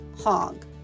hog